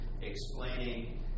explaining